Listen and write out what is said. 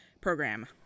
program